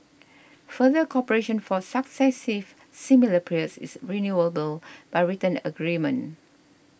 further cooperation for successive similar periods is renewable by written agreement